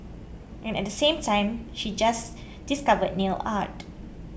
and at the same time she just discovered nail art